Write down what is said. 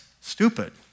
stupid